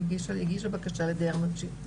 היא הגישה בקשה לדייר ממשיך.